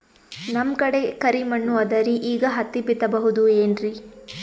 ನಮ್ ಕಡೆ ಕರಿ ಮಣ್ಣು ಅದರಿ, ಈಗ ಹತ್ತಿ ಬಿತ್ತಬಹುದು ಏನ್ರೀ?